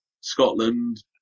Scotland